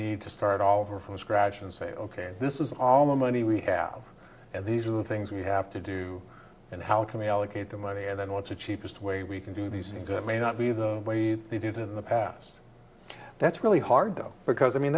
need to start all over from scratch and say ok this is all the money we have and these are the things we have to do and how can we allocate the money and then what's the cheapest way we can do these and good may not be the way they did in the past that's really hard though because i mean